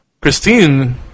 Christine